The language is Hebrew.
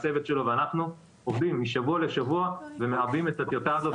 הצוות שלו ואנחנו עובדים משבוע לשבוע ומעבים את הטיוטה הזאת.